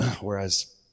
whereas